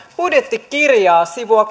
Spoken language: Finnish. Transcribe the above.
budjettikirjaa sivua